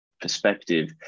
perspective